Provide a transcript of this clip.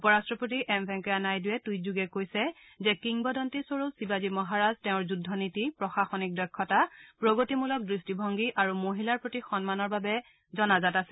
উপৰাট্টপতি এম ভেংকয়া নাইডুৱে টুইটযোগে কৈছে যে কিংবদন্তি স্বৰূপ শিৱাজী মহাৰাজ তেওঁৰ যুদ্ধনীতি প্ৰশাসনিক দক্ষতা প্ৰগতিমূলক দৃষ্টিভংগী আৰু মহিলাৰ প্ৰতি সন্মানৰ বাবে জনাজাত আছিল